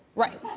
right.